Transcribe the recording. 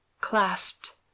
clasped